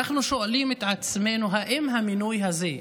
אנחנו שואלים את עצמנו: האם המינוי הזה,